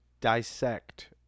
dissect